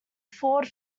ford